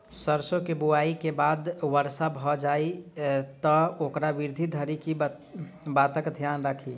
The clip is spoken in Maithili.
सैरसो केँ बुआई केँ बाद वर्षा भऽ जाय तऽ ओकर वृद्धि धरि की बातक ध्यान राखि?